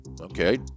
okay